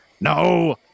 No